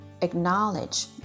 acknowledge